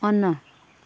on